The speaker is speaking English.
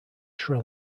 sri